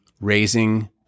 raising